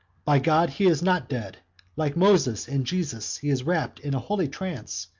by god he is not dead like moses and jesus, he is wrapped in a holy trance,